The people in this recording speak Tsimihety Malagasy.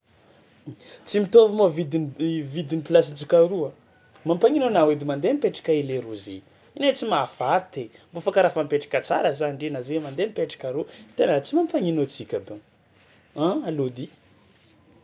Tsy mitôvy moa vidin- i vidin'ny plasintsika roa, mampanino anao edy mandeha mipetraka hely aroy zay? Ne tsy mahafaty, mo fa karaha fa mipetraka tsara za ndehana zay mandeha mipetraka aroy tegna tsy mampanino antsiky abiny. An, alô edy!